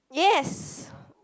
yes